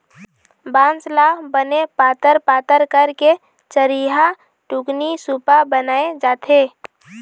बांस ल बने पातर पातर करके चरिहा, टुकनी, सुपा बनाए जाथे